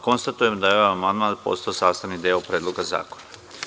Konstatujem da je ovaj amandman postao sastavni deo Predloga zakona.